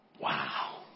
Wow